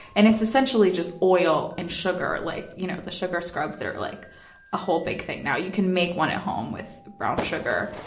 and it's essentially just oil and sugar. like you know the sugar scrubs that are like a whole big thing right now. you can make one at home with brown sugar,